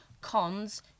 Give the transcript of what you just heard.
Cons